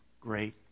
great